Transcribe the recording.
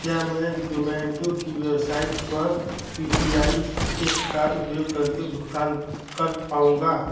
क्या मैं ज़ोमैटो की वेबसाइट पर यू पी आई ऐप का उपयोग करके भुगतान कर पाऊँगा